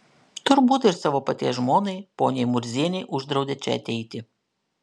turbūt ir savo paties žmonai poniai murzienei uždraudė čia ateiti